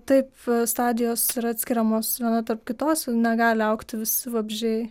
taip stadijos yra atskiriamos viena tarp kitos negali augti visi vabzdžiai